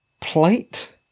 plate